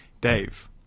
Dave